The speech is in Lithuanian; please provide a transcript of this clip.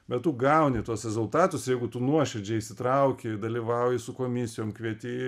bet tu gauni tuos rezultatus jeigu tu nuoširdžiai įsitrauki dalyvauji su komisijom kvieti